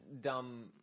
dumb